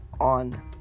on